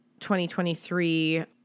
2023